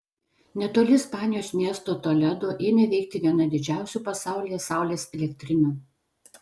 netoli ispanijos miesto toledo ėmė veikti viena didžiausių pasaulyje saulės elektrinių